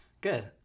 good